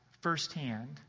firsthand